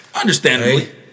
Understandably